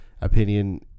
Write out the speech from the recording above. opinion